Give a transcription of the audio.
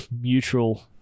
mutual